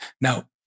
Now